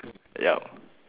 ya